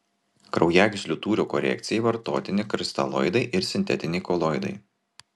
kraujagyslių tūrio korekcijai vartotini kristaloidai ir sintetiniai koloidai